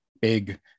big